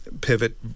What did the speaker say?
pivot